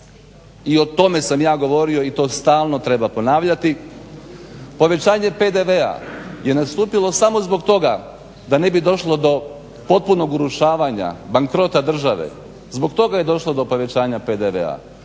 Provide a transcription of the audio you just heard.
i o tome sam ja govorio i to stalno treba ponavljati. Povećanje PDV-a je nastupilo samo zbog toga da ne bi došlo do potpunog urušavanja, bankrota države, zbog toga je došlo do povećanja PDV-a,